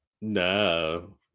No